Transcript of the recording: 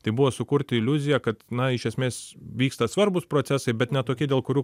tai buvo sukurti iliuziją kad na iš esmės vyksta svarbūs procesai bet ne tokie dėl kurių